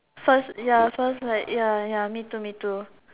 first ya first like ya ya me too me too